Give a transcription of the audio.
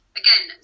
again